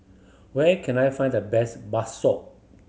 where can I find the best bakso